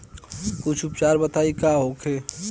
कुछ उपचार बताई का होखे?